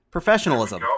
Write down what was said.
Professionalism